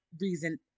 reason